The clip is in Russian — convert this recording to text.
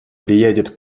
приедет